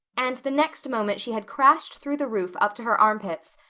and the next moment she had crashed through the roof up to her armpits,